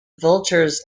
vultures